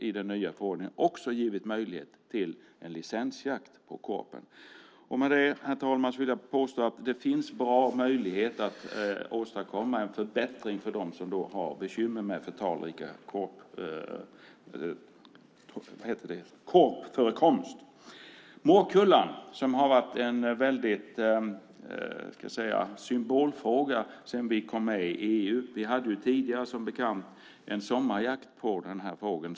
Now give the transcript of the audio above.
I den nya förordningen har man också givit möjlighet till licensjakt på korpen. Med det, herr talman, vill jag påstå att det finns en bra möjlighet att åstadkomma en förbättring för dem som har bekymmer med för talrik korpförekomst. Morkullan har varit en symbolfråga sedan vi kom med i EU. Vi hade tidigare som bekant en sommarjakt på den här fågeln.